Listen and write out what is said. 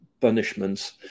punishments